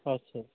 আচ্ছা